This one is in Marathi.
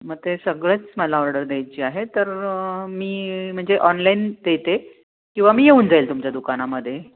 मग ते सगळेच मला ऑर्डर द्यायची आहे तर मी म्हणजे ऑनलाईन देते किंवा मी येऊन जाईल तुमच्या दुकानामध्ये